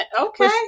Okay